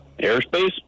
Airspace